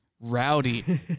rowdy